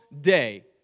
day